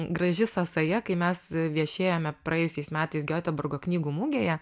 graži sąsaja kai mes viešėjome praėjusiais metais gioteburgo knygų mugėje